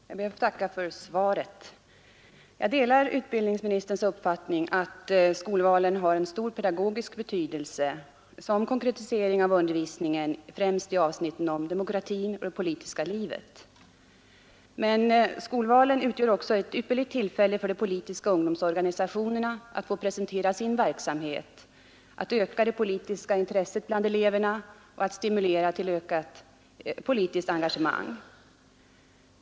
Herr talman! Jag ber att få tacka för svaret. Jag delar utbildningsministerns uppfattning att skolvalen har en stor pedagogisk betydelse som konkretisering av undervisningen främst i avsnitten om demokratin och det politiska livet. Men skolvalen utgör också ett ypperligt tillfälle för de politiska ungdomsorganisationerna att få presentera sin verksamhet, att öka det politiska intresset bland eleverna och att stimulera till ökat politiskt engagemang.